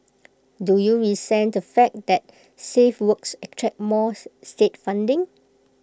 do you resent the fact that safe works attract more state funding